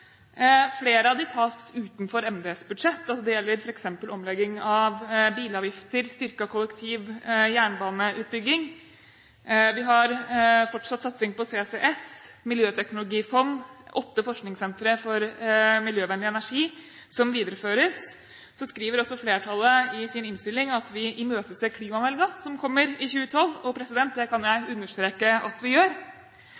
Flere av dem tas utenfor Miljøverndepartementets budsjett. Det gjelder f.eks. omlegging av bilavgifter og styrket kollektiv- og jernbaneutbygging. Vi har fortsatt satsing på CCS, miljøteknologifond og åtte forskningssentre for miljøvennlig energi videreføres. Så skriver også flertallet i sin innstilling at vi imøteser klimameldingen som kommer i 2012, og det kan jeg